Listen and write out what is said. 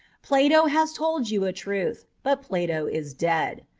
plato has told you a truth but plato is dead.